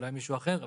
אולי מישהו אחר,